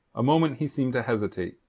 a moment he seemed to hesitate.